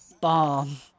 bomb